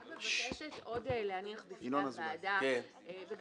אני רק מבקשת עוד להדגיש בפני הוועדה וגם